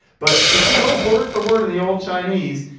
but if you go word for word of the old chinese,